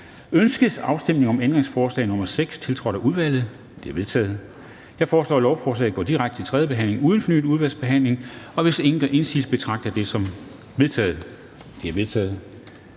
Ønskes afstemning om ændringsforslag nr. 6, tiltrådt af udvalget? Det er vedtaget. Jeg foreslår, at lovforslaget går direkte til tredje behandling uden fornyet udvalgsbehandling, og hvis ingen gør indsigelse, betragter jeg det som vedtaget. Det er vedtaget.